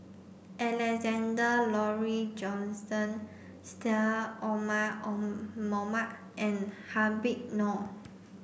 Alexander Laurie Johnston Syed Omar Mohamed and Habib Noh